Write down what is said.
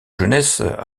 jeunesse